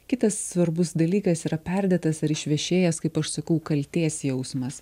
kitas svarbus dalykas yra perdėtas ar išvešėjęs kaip aš sakau kaltės jausmas